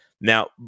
Now